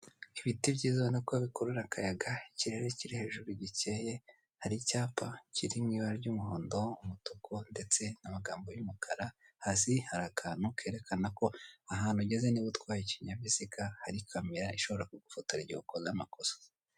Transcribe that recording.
Ibiti byiza ubona ko bikura akayaga, ikirere kiri hejuru gikeye, hari icyapa kiri mu ibara ry'umuhondo, umutuku ndetse n'amagambo y'umukara, hasi hari akantu kerekana ko ahantu ugeze niba utwaye ikinyabiziga hari kamera ishobora kugufotora igihe ukoze amakosa.